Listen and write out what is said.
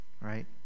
right